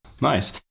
Nice